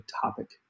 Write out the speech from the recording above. topic